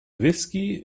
whiskey